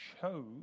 chose